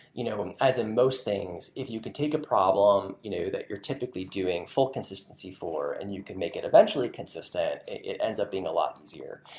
you know as in most things, if you can take a problem you know that you're typically doing full consistency for and you can make it eventually consistent, it ends up being a lot easier.